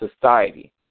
society